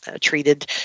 treated